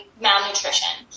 malnutrition